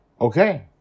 Okay